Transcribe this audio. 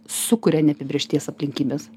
sukuria neapibrėžties aplinkybes